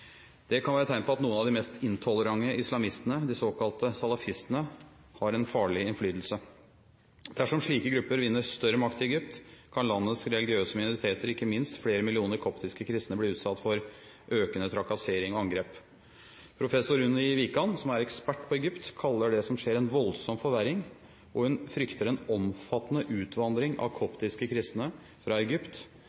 Det kan være tegn på at noen av de mest intolerante islamistene, de såkalte salafistene, har en farlig innflytelse. Dersom slike grupper vinner større makt i Egypt, kan landets religiøse minoriteter, ikke minst flere millioner koptiske kristne, bli utsatt for økende trakassering og angrep. Professor Unni Wikan, som er ekspert på Egypt, kaller det som skjer, en voldsom forverring, og hun frykter en omfattende utvandring av